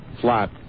flat